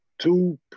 Two